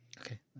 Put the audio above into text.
Okay